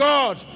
God